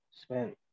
spent